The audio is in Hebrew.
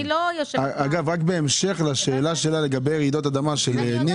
אני לא יושבת --- בהמשך לשאלה של נירה לגבי רעידות אדמה --- חברים,